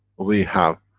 we have